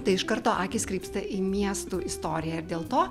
tai iš karto akys krypsta į miestų istoriją ir dėl to